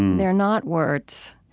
they're not words.